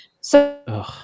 So-